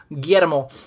Guillermo